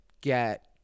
get